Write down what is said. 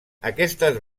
aquestes